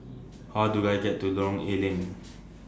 How Do I get to Lorong A Leng